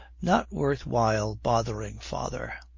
not worth while bothering father.